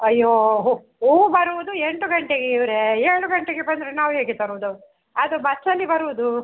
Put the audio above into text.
ಅಯ್ಯೋ ಹೂವು ಹೂ ಬರುವುದು ಎಂಟು ಗಂಟೆಗೆ ಇವರೇ ಏಳು ಗಂಟೆಗೆ ಬಂದರೆ ನಾವು ಹೇಗೆ ತರುವುದು ಅದು ಬಸ್ಸಲ್ಲಿ ಬರುವುದು